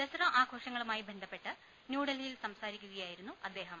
ദസറ ആഘോഷങ്ങളുമായി ബന്ധപ്പെട്ട് ന്യൂഡൽഹിയിൽ സംസാരിക്കു കയായിരുന്നു അദ്ദേഹം